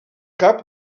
cap